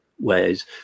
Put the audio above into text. ways